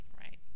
Right